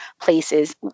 places